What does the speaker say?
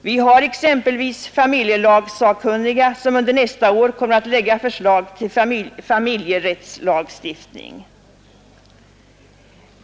Vi har exempelvis familjelagssakkunniga, som under nästa år kommer att lägga fram förslag till ny familjerättslagstiftning.